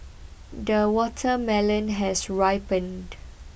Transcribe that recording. the watermelon has ripened